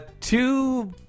two